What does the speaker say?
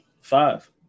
five